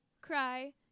cry